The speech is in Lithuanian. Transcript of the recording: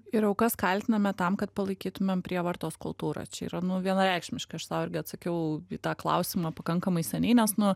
ir aukas kaltiname tam kad palaikytumėm prievartos kultūrą čia yra nu vienareikšmiškai aš sau irgi atsakiau į tą klausimą pakankamai seniai nes nu